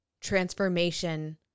transformation